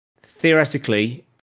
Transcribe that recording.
theoretically